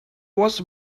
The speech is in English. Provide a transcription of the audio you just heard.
was